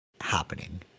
happening